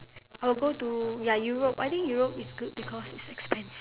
I'll go to ya europe I think europe is good because it's expensive